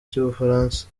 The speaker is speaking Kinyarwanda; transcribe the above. cy’ubufaransa